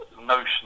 notion